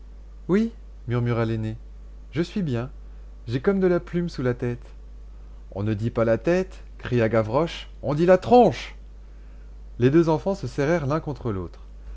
oui murmura l'aîné je suis bien j'ai comme de la plume sous la tête on ne dit pas la tête cria gavroche on dit la tronche les deux enfants se serrèrent l'un contre l'autre